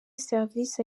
serivisi